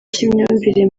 cy’imyumvire